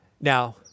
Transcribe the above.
Now